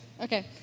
okay